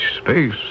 space